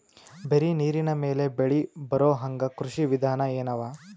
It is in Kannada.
ಬರೀ ನೀರಿನ ಮೇಲೆ ಬೆಳಿ ಬರೊಹಂಗ ಕೃಷಿ ವಿಧಾನ ಎನವ?